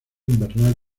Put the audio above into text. invernal